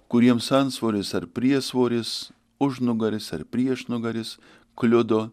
kuriems antsvoris ar priesvoris užnugaris ar prieš nugaris kliudo